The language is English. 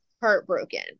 heartbroken